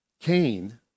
Cain